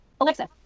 Alexa